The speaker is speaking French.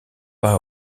pas